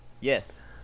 Yes